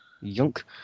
Yunk